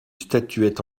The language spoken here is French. statuette